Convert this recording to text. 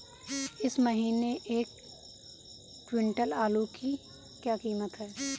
इस महीने एक क्विंटल आलू की क्या कीमत है?